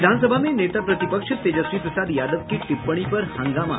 विधानसभा में नेता प्रतिपक्ष तेजस्वी प्रसाद यादव की टिप्पणी पर हंगामा